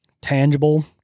tangible